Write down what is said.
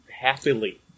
happily